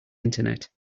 internet